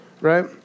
right